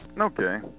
Okay